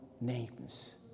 names